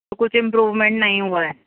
تو کچھ امپرومینٹ نہیں ہوا ہے